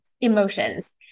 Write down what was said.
emotions